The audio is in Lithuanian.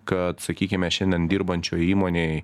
kad sakykime šiandien dirbančioj įmonėj